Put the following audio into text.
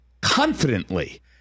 confidently